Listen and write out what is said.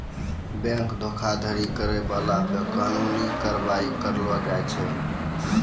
bank धोखाधड़ी करै बाला पे कानूनी कारबाइ करलो जाय छै